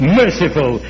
merciful